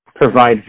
provide